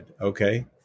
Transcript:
okay